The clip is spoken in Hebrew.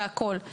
והכול,